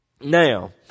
Now